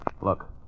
Look